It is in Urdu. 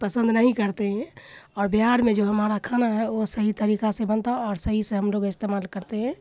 پسند نہیں کرتے ہیں اور بہار میں جو ہمارا کھانا ہے وہ صحیح طریقہ سے بنتا اور صحیح سے ہم لوگ استعمال کرتے ہیں